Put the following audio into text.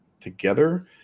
together